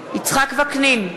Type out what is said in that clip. יצחק וקנין,